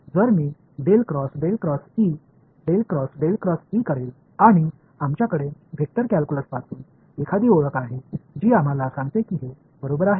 जर मी del cross del cross E करेल आणि आमच्याकडे वेक्टर कॅल्क्युलसपासून एखादी ओळख आहे जी आम्हाला सांगते की हे बरोबर आहे